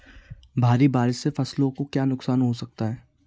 भारी बारिश से फसलों को क्या नुकसान हो सकता है?